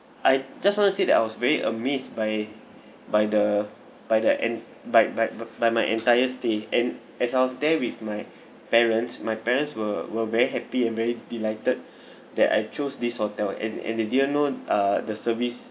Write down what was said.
I just want to say that I was very amazed by by the by the ent~ by by by by my entire stay and as I was there with my parents my parents were were very happy and very delighted that I chose this hotel and and they didn't known uh the service